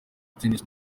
tennis